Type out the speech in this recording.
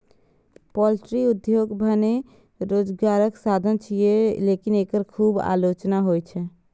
poultry उद्योग भने रोजगारक साधन छियै, लेकिन एकर खूब आलोचना होइ छै